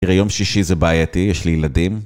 תראה יום שישי זה בעייתי, יש לי ילדים